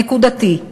נקודתי,